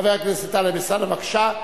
חבר הכנסת טלב אלסאנע, בבקשה.